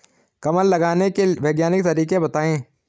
कमल लगाने के वैज्ञानिक तरीके बताएं?